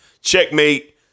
Checkmate